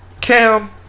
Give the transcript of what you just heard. cam